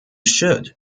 should